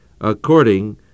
according